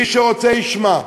מי שרוצה ישמע: